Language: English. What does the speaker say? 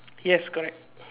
yes correct